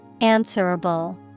Answerable